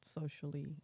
socially